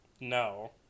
No